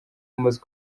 amaze